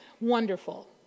wonderful